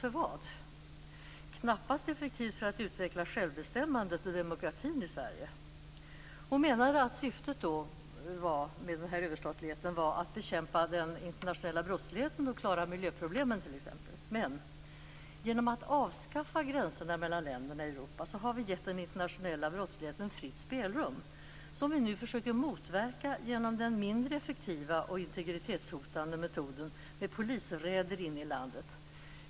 Det är knappast effektivt när det gäller att utveckla självbestämmandet och demokratin i Sverige. Hon menade att syftet med överstatligheten var att bekämpa den internationella brottsligheten och klara miljöproblemen, t.ex. Men genom att avskaffa gränserna mellan länderna i Europa har vi givit den internationella brottsligheten, som vi nu försöker motverka genom den mindre effektiva och integritetshotande metoden med polisräder in i landet, fritt spelrum.